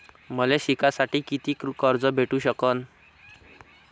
मले शिकासाठी कितीक कर्ज भेटू सकन?